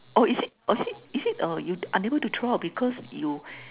oh is it is it is it uh you unable to throw out because you